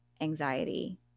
anxiety